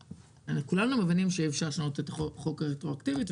כולנו מבינים שאי אפשר לשנות את החוק רטרואקטיבית,